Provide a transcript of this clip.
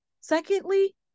secondly